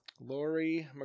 Lori